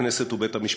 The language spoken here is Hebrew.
הכנסת ובית-המשפט.